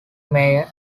mayor